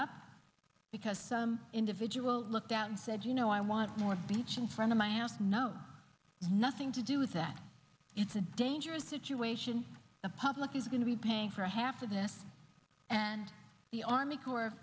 up because some individual looked out and said you know i want more beach in front of my house no nothing to do that it's a dangerous situation the public is going to be paying for half of it and the army corps